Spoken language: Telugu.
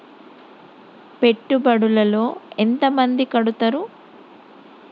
పెట్టుబడుల లో ఎంత మంది కడుతరు?